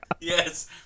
Yes